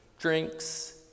drinks